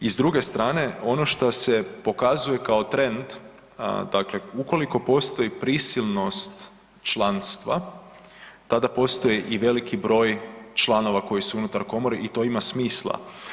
I s druge strane, ono šta se pokazuje kao trend, dakle ukoliko postoji prisilnost članstva, tada postoji i veliki broj članova koji su unutar komore i to ima smisla.